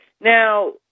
Now